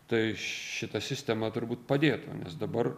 tai šita sistema turbūt padėtų nes dabar